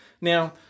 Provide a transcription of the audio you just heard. Now